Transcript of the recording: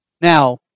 now